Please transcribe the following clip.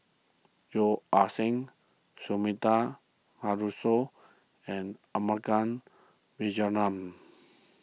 Yeo Ah Seng Sumida Haruzo and